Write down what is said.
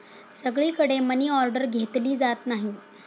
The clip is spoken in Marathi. सगळीकडे मनीऑर्डर घेतली जात नाही